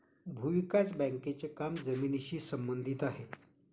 भूविकास बँकेचे काम जमिनीशी संबंधित आहे